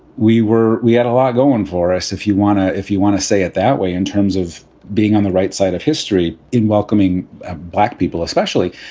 we were we had a lot going for us, if you want to, if you want to say it that way, in terms of being on the right side of history, in welcoming black people especially.